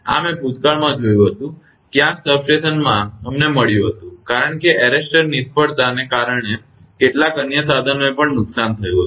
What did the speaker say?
આ મેં ભૂતકાળમાં જોયું હતું ક્યાંક સબસ્ટેશનમાં અમને મળ્યું હતું તે કારણે કે એરેસ્ટર નિષ્ફળતાને કારણે કેટલાક અન્ય સાધનોને પણ નુકસાન થયું હતું